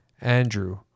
Andrew